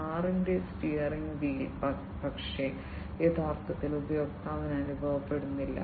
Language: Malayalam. കാറിന്റെ സ്റ്റിയറിംഗ് വീൽ പക്ഷേ യഥാർത്ഥത്തിൽ ഉപയോക്താവിന് അനുഭവപ്പെടുന്നില്ല